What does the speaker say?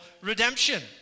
redemption